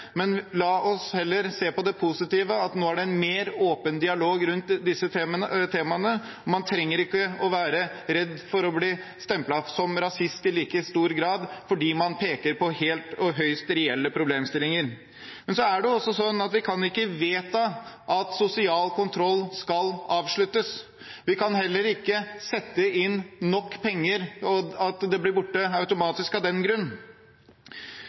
Men la oss heller se på det positive, at det nå er en mer åpen dialog rundt disse temaene, og man trenger ikke være redd for å bli stemplet som rasist i like stor grad fordi man peker på høyst reelle problemstillinger. Men det er også sånn at vi kan ikke vedta at sosial kontroll skal avsluttes. Vi kan heller ikke sette inn nok penger til at det blir borte automatisk av den grunn.